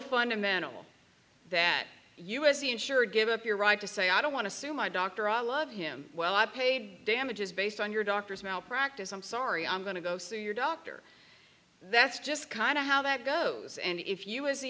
fundamental that us the insured give up your right to say i don't want to sue my doctor i love him well i paid damages based on your doctor's malpractise i'm sorry i'm going to go see your doctor that's just kind of how that goes and if you as the